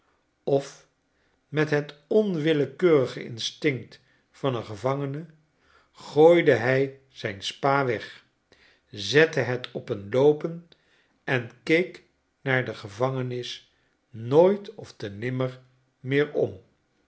of met het onwillekeurig instinct van een gevangene gooide hi zijn spa weg zette het op n loopen en keek naar de gevangenis nooit ofte nimmer meer om